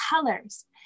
colors